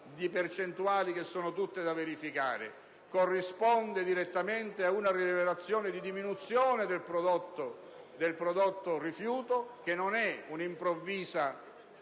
di percentuali che sono tutte da verificare corrisponde direttamente a una rilevazione di diminuzione del prodotto rifiuto, che non avviene per un'improvvisa